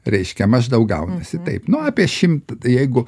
reiškia maždaug gaunasi taip nu apie šimtą jeigu